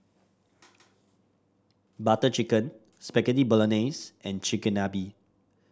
Butter Chicken Spaghetti Bolognese and Chigenabe